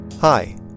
Hi